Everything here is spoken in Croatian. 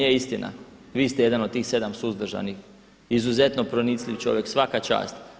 Nije istina, vi ste jedan od tih 7 suzdržanih, izuzetno pronicljiv čovjek, svaka čast.